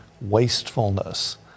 wastefulness